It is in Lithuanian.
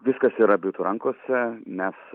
viskas yra britų rankose mes